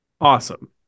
awesome